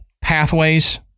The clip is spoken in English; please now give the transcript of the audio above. pathways